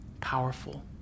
powerful